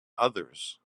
others